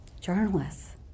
Journalists